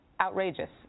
outrageous